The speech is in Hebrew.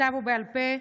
בכתב או בעל פה,